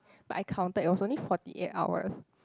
but I counted it was only forty eight hours